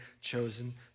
chosen